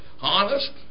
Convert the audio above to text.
honest